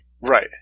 Right